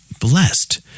blessed